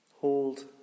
hold